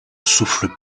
souffle